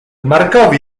markowi